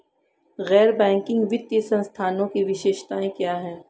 गैर बैंकिंग वित्तीय संस्थानों की विशेषताएं क्या हैं?